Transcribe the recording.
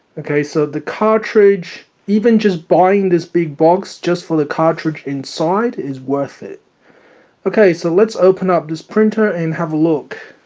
okay so the cartridge even just buying this big box just for the cartridge inside is worth it okay so let's open up this printer and have a look